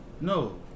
No